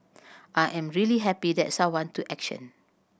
I am really happy that someone took action